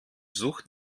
sucht